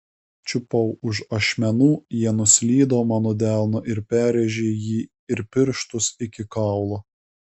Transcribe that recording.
čiupau už ašmenų jie nuslydo mano delnu ir perrėžė jį ir pirštus iki kaulo